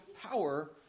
power